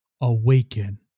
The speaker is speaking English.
awaken